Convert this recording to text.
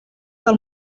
del